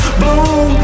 bloom